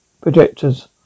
projectors